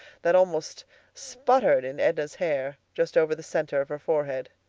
that almost sputtered, in edna's hair, just over the center of her forehead.